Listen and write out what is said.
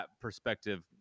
perspective